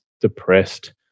depressed